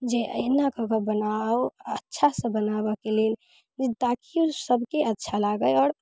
जे अहिना कऽके बनाउ अच्छासँ बनाबऽके लेल ताकि ओ सबके अच्छा लागै आओर